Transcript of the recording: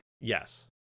Yes